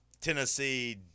Tennessee